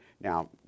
Now